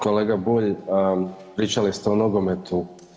Kolega Bulj, pričali ste o nogometu.